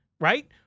right